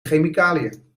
chemicaliën